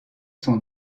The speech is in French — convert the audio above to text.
son